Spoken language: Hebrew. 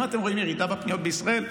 אם אתם רואים ירידה בפניות בישראל,